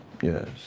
Yes